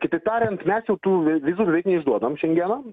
kitaip tariant mes jau tų vizų beveik neišduodam šengeno